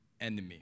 enemy